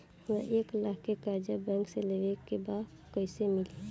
हमरा एक लाख के कर्जा बैंक से लेवे के बा त कईसे मिली?